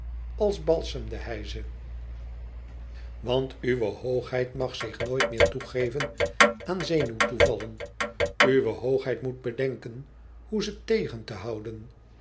als balsemde hij ze want uwe hoogheid mag zich nooit meer toegeven aan zenuwtoevallen uwe hoogheid moet bedenken hoe ze tegen te houden